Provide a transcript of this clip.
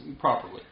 properly